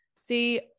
see